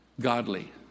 Godly